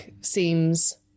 seems